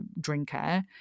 drinker